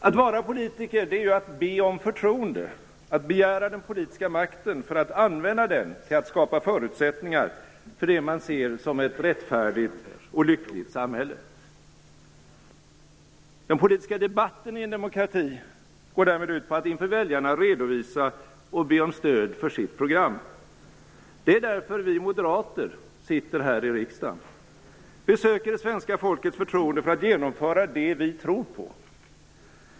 Att vara politiker är att be om förtroende, att begära den politiska makten för att använda den till att skapa förutsättningar för det man ser som ett rättfärdigt och lyckligt samhälle. Den politiska debatten i en demokrati går därmed ut på att inför väljarna redovisa och be om stöd för sitt program. Det är därför vi moderater sitter här i riksdagen. Vi söker det svenska folkets förtroende för att genomföra det vi tror på.